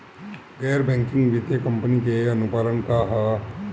गैर बैंकिंग वित्तीय कंपनी के अनुपालन का ह?